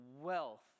wealth